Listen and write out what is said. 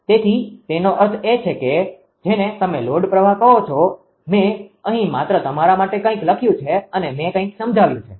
તેથી તેનો અર્થ એ છે કે જેને તમે લોડ પ્રવાહ કહો છો મે અહી માત્ર તમારા માટે કઈક લખ્યું છે અને મે કઈક સમજાવ્યું છે